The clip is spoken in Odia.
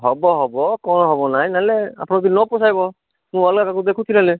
ହେବ ହେବ କ'ଣ ହେବ ନାହିଁ ନେଲେ ଆପଣ ଯଦି ନ ପୁଷାଇବ ମୁଁ ଅଲଗା କାହାକୁ ଦେଖୁଛି ତାହେଲେ